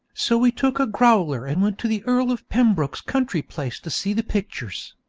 so we took a growler and went to the earl of pembroke's country place to see the pictures.